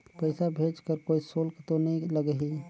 पइसा भेज कर कोई शुल्क तो नी लगही?